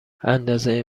اندازه